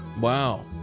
wow